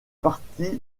partie